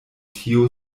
tio